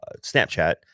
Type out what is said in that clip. Snapchat